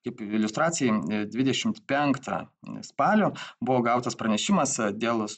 kaip iliustracijai dvidešimt penktą spalio buvo gautas pranešimas dėl